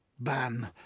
ban